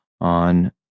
on